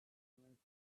immensity